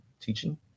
teaching